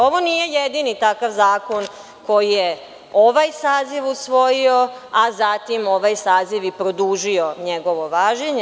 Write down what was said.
Ovo nije jedini takav zakon koji je ovaj saziv usvojio, a zatim ovaj saziv i produžio njegovo važenje.